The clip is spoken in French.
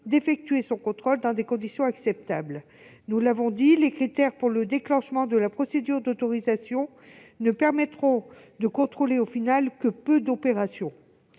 d'effectuer son contrôle dans des conditions acceptables. Nous l'avons dit, les critères pour le déclenchement de la procédure d'autorisation ne permettront de contrôler que peu d'opérations.